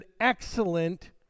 excellent